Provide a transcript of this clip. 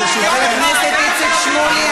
חבר הכנסת איציק שמולי,